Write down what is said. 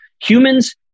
Humans